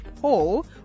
poll